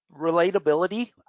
Relatability